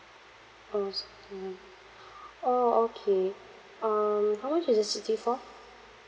I was thinking orh okay um how much is the sixty four